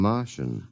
Martian